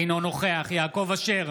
אינו נוכח יעקב אשר,